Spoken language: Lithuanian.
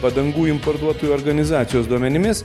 padangų importuotojų organizacijos duomenimis